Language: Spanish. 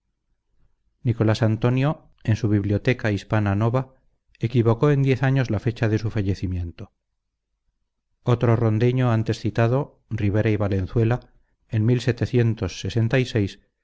nicolás antonio en su bibliotheca hispana nova equivocó en diez años la fecha de su fallecimiento otro rondeño antes citado rivera y valenzuela en fue cómplice de